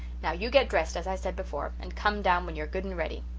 now, you get dressed, as i said before, and come down when you're good and ready.